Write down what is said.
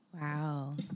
Wow